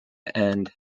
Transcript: end